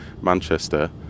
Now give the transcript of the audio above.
Manchester